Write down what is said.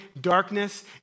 darkness